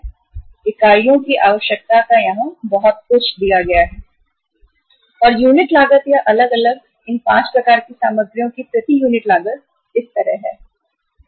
जितनी इकाइयों की आवश्यकता है वह यहां दिया गया है और यूनिट लागत या अलग अलग इन 5 प्रकार की सामग्रियों की प्रति यूनिट लागत इस तरह है